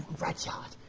rudyard,